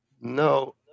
No